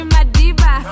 Madiba